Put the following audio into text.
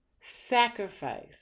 sacrifice